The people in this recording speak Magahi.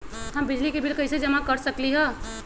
हम बिजली के बिल कईसे जमा कर सकली ह?